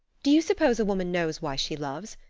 do you suppose a woman knows why she loves?